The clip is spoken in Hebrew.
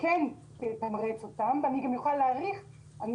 כן תתמרץ אותם ואני גם יכולה להעריך אני